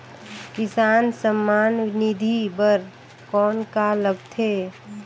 किसान सम्मान निधि बर कौन का लगथे?